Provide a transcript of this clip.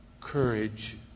courage